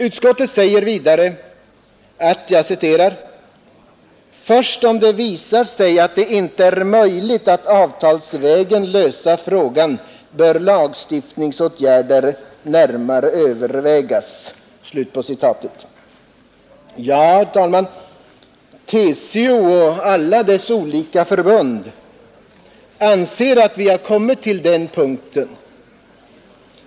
Utskottet skriver vidare: ”Först om det visar sig att det inte är möjligt att avtalsvägen lösa frågan bör lagstiftningsåtgärder närmare övervägas.” Ja, TCO och alla dess olika förbund anser att vi nu har kommit till den punkten.